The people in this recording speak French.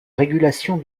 régulation